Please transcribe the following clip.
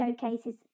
showcases